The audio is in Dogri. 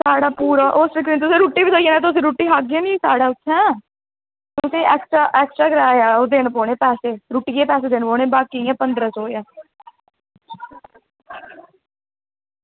साढ़ा तुस पूरा हॉस्टल गै लेई जायो तुस रुट्टी खाह्गे नी साढ़े उत्थें तुसें एक्स्ट्रा देने पौने रुट्टियै दे पैसे देने पौने की पंदरां सौ रपेआ होआ